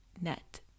net